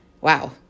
wow